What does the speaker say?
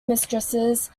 mistresses